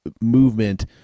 movement